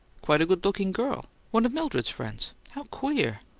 quite a good-looking girl one of mildred's friends. how queer!